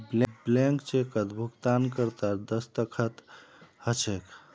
blank चेकत भुगतानकर्तार दस्तख्त ह छेक